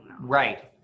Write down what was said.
Right